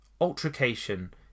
altercation